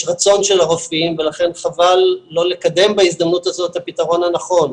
יש רצון של הרופאים ולכן חבל לא לקדם בהזדמנות הזאת את הפתרון הנכון.